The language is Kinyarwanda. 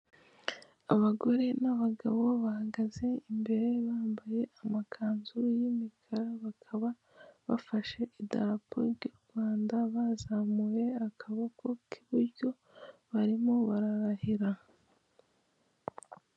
Abagore n'abagabo bahagaze imbere bambaye amakanzu y'imikara bakaba bafashe idarapo ry' u Rwanda bazamuye akaboko k'iburyo barimo bararahira.